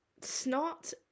snot